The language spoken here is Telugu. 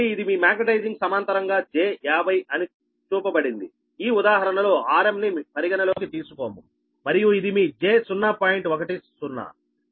కాబట్టి ఇది మీ మాగ్నెటైజింగ్ సమాంతరంగా j50 అని చూపబడిందిఈ ఉదాహరణలో rm ని పరిగణనలోకి తీసుకోము మరియు ఇది మీ j0